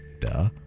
Duh